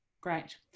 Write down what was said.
Great